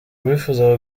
bifuza